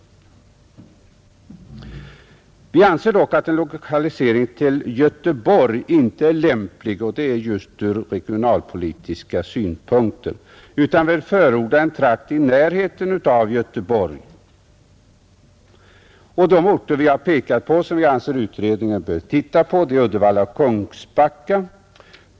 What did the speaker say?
Vi anser dock att en lokalisering till Göteborg inte är lämplig — och denna uppfattning är grundad på regionalpolitiska hänsyn — utan vill förorda en trakt i närheten av Göteborg. De orter som vi har pekat på och som vi anser att utredningen bör titta på är Uddevalla och Kungsbacka.